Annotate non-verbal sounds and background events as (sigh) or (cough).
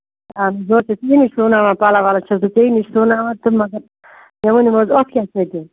اَہَن حظ بہٕ حظ چھَس تُہی نِش سُوٕناوان پَلَو وَلو چھَس بہٕ ژےٚ نِش سُوٕناوان تہٕ مگر مےٚ ؤنِو حظ اتھ کیٛاہ (unintelligible)